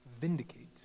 vindicate